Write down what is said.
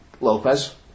Lopez